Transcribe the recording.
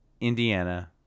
Indiana